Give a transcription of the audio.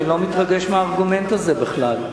אני לא מתרגש מהארגומנט הזה בכלל.